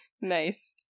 Nice